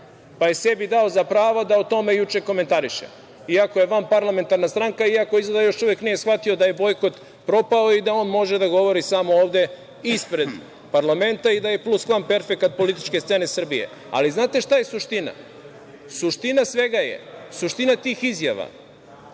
pa je sebi dao za pravo da to komentariše, iako je vanparlamentarna stranka, iako još uvek nije shvatio da je bojkot propao i da on može da govori samo ispred parlamenta i da je pluskvamperfekat političke scene Srbije. Znate šta je suština? Suština svega je, suština tih izjava